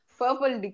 purple